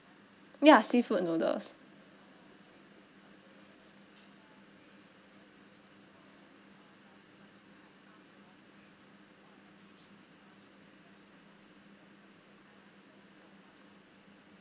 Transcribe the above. ya seafood noodles